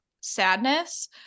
sadness